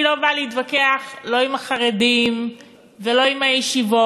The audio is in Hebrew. אני לא באה להתווכח לא עם החרדים ולא עם הישיבות.